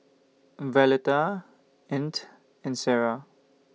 Violetta Ant and Sara